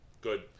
Good